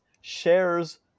shares